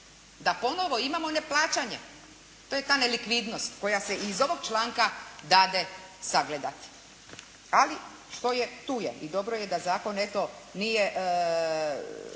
da ponovo imamo neplaćanja. To je ta nelikvidnost koja se iz ovog članka dade sagledati. Ali što je tu je i dobro je da zakon eto nije